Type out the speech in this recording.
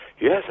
Yes